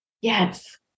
Yes